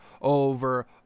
over